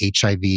HIV